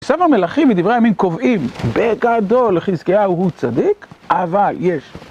ספר מלכים ודברי הימים קובעים בגדול איך חזקיהו הוא צדיק, אבל יש.